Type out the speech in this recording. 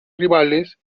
rivales